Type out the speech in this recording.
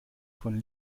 von